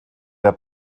der